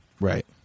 Right